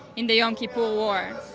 in the yom kippur war,